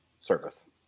service